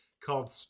called